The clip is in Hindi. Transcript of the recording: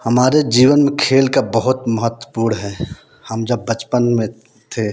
हमारे जीवन में खेल का बहुत महत्त्वपूर्ण है हम जब बचपन में थे